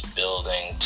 building